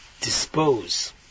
dispose